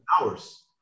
hours